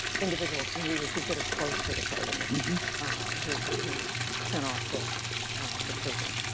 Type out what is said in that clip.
individual who who was considered close to the president and who who sent off to to prison,